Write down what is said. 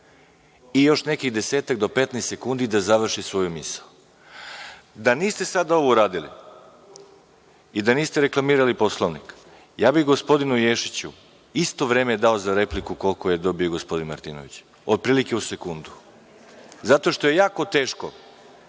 i još nekih 10-15 sekundi da završi svoju misao. Da niste sada ovo uradili i da niste reklamirali Poslovnik, ja bih gospodinu Ješiću isto vreme dao za repliku, koliko je dobio i gospodin Martinović, otprilike u sekundu. Jako je teško